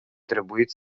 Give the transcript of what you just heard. trebuit